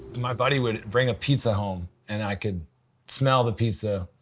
my buddy would bring a pizza home, and i could smell the pizza,